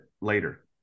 later